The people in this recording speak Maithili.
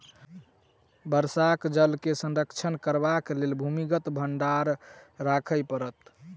वर्षाक जल के संरक्षण करबाक लेल भूमिगत भंडार राखय पड़त